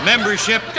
Membership